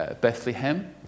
Bethlehem